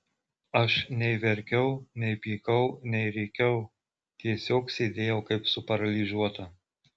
aš nei verkiau nei pykau nei rėkiau tiesiog sėdėjau kaip suparalyžiuota